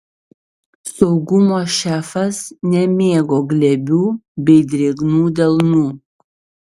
saugumo šefas nemėgo glebių bei drėgnų delnų